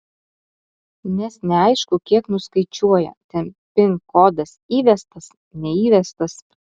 nes neaišku kiek nuskaičiuoja ten pin kodas įvestas neįvestas